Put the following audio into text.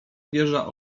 wieża